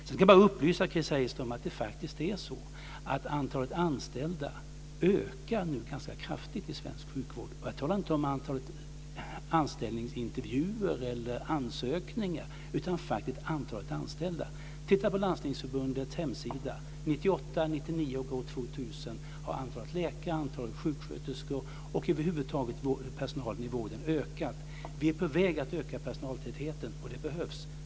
Så kan jag bara upplysa Chris Heister om att det faktiskt är så att antalet anställda nu ökar ganska kraftigt i svensk sjukvård. Jag talar inte om antalet anställningsintervjuer eller ansökningar utan faktiskt om antalet anställda. Titta på Landstingsförbundets hemsida. 1998, 1999 och 2000 har antalet läkare, antalet sjuksköterskor och personalen inom vården över huvud taget ökat. Vi är på väg att öka personaltätheten, och det behövs.